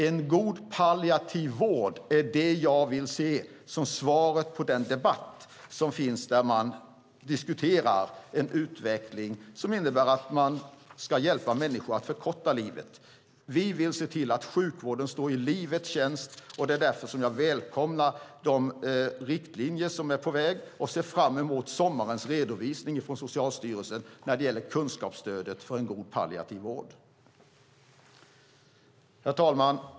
En god palliativ vård är det jag vill se som svar på den debatt som finns när man diskuterar en utveckling som innebär att man ska hjälpa människor att förkorta livet. Vi vill se till att sjukvården står i livets tjänst. Det är därför jag välkomnar de riktlinjer som är på väg och ser fram emot sommarens redovisning från Socialstyrelsen när det gäller kunskapsstödet för en god palliativ vård. Herr talman!